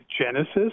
Genesis